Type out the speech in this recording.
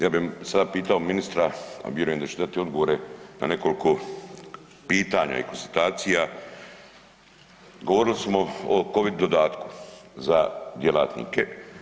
Ja bi sada pitao ministra, a vjerujem da će dati odgovore na nekoliko pitanja i konstatacija, govorili smo o Covid dodatku za djelatnike.